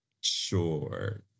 Sure